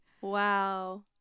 Wow